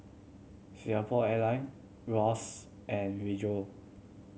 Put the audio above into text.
Singapore Airline Wall's and Rejoice